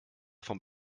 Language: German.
vom